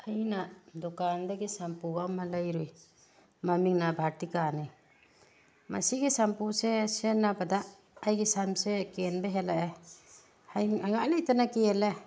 ꯑꯩꯅ ꯗꯨꯀꯥꯟꯗꯒꯤ ꯁꯝꯄꯨ ꯑꯃ ꯂꯩꯔꯨꯏ ꯃꯃꯤꯡꯅ ꯚꯇꯤꯀꯥꯅꯤ ꯃꯁꯤꯒꯤ ꯁꯝꯄꯨꯁꯦ ꯁꯤꯖꯤꯟꯅꯕꯗ ꯑꯩꯒꯤ ꯁꯝꯁꯦ ꯀꯦꯟꯕ ꯍꯦꯜꯂꯛꯑꯦ ꯍꯥꯏꯅꯤꯡꯉꯥꯏ ꯂꯩꯇꯅ ꯀꯦꯜꯂꯦ